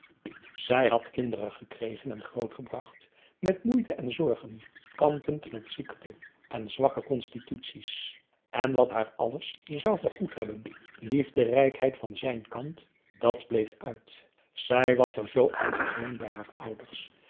zij had kinderen gekregen en grootgebracht met moeite en zorgen kampend met ziekte en zwakke constituties en wat haar alles zou vergoed hebben liefderijkheid van zijn kant dat bleef uit zij was er zoo aan gewoon bij haar ouders